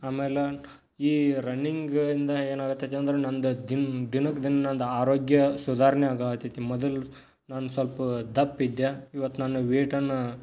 ಆಮೇಲೆ ಈ ರನ್ನಿಂಗಿಂದ ಏನಾಗುತ್ತೈತಿ ಅಂದ್ರೆ ನಂದು ದಿನ ದಿನಕ್ಕೆ ದಿನಾ ನಂದು ಆರೋಗ್ಯ ಸುಧಾರಣೆ ಆಗೋ ಹತ್ತೈತಿ ಮೊದಲು ನಾನು ಸ್ವಲ್ಪ ದಪ್ಪ ಇದ್ದೆ ಇವತ್ತು ನನ್ನ ವೇಯ್ಟನ್ನು